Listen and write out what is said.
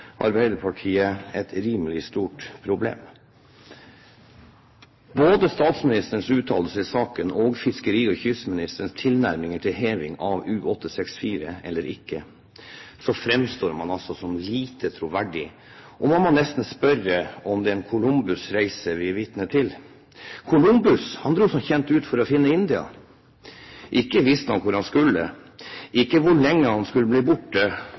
Arbeiderpartiet et rimelig stort problem. Både statsministerens uttalelse i saken og fiskeri- og kystministerens tilnærming til heving av U-864 eller ikke, gjør at man fremstår som lite troverdig. Man må nesten spørre om det er en Columbus-reise vi er vitne til? Columbus dro som kjent ut for å finne India. Ikke visste han hvor han skulle, ikke hvor lenge han skulle bli borte,